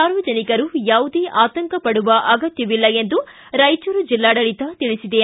ಸಾರ್ವಜನಿಕರು ಯಾವುದೇ ಆತಂಕಪಡುವ ಅಗತ್ವವಿಲ್ಲ ಎಂದು ಜಿಲ್ಲಾಡಳಿತ ತಿಳಿಸಿದೆ